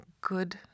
good